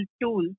tool